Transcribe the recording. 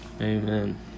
Amen